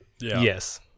Yes